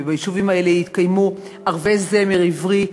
וביישובים האלה יתקיימו ערבי זמר עברי,